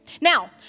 Now